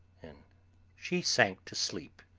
and she sank to sleep.